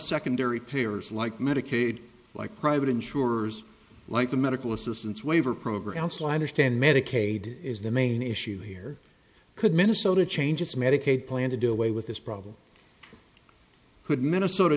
secondary players like medicaid like private insurers like the medical assistance waiver program slider stand medicaid is the main issue here could minnesota change its medicaid plan to do away with this problem could minnesota